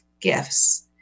gifts